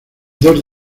dos